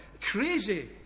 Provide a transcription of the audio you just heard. crazy